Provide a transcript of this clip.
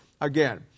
again